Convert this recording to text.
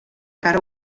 cara